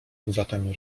zatem